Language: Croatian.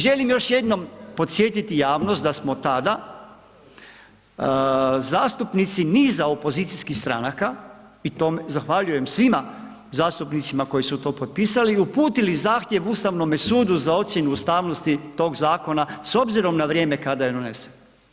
Želim još jednom podsjetiti javnost da smo tada zastupnici niza opozicijskih stranaka i zahvaljujem svima zastupnicima koji su to potpisali, uputili zahtjev Ustavnome sudu za ocjenu ustavnosti tog zakona s obzirom na vrijeme kada je donesen.